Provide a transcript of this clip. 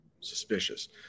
Suspicious